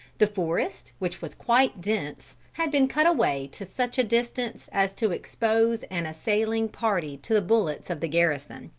the forest, which was quite dense, had been cut away to such a distance as to expose an assailing party to the bullets of the garrison.